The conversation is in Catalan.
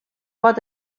pot